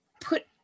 put